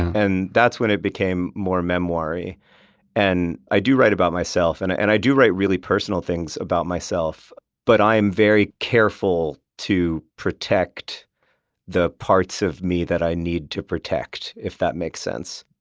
and that's when it became more memoiry and i do write about myself and and i do write really personal things about myself but i'm very careful to protect the parts of me that i need to protect, if that makes sense,